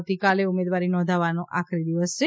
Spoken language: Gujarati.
આવતીકાલે ઉમેદવારી નોંધાવવાનો આખરી દિવસ છે